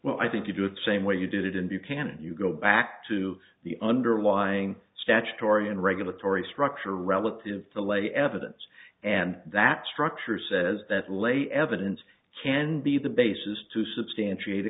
well i think you do it the same way you do that and you can you go back to the underlying statutory and regulatory structure relative to lay evidence and that structure says that lay evidence can be the basis to substantiate